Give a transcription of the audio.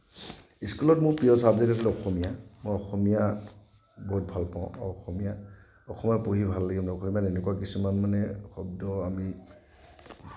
স্কুলত মোৰ প্ৰিয় ছাবজেক্ট আছিলে অসমীয়া মই অসমীয়া বহুত ভাল পাওঁ আৰু অসমীয়া পঢ়ি ভাল লাগে আৰু অসমীয়া এনেকুৱা কিছুমান মানে শব্দ আমি